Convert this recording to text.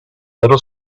little